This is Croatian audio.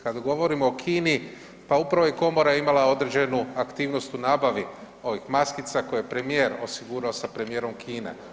Kad govorimo o Kini pa upravo je komora imala određenu aktivnost u nabavi ovih maskica koje je premijer osigurao sa premijerom Kine.